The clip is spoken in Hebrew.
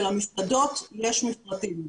שלמסעדות יש מפרטים.